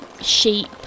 sheep